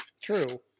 true